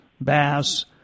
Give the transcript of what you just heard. bass